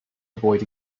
avoid